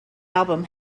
album